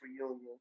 reunion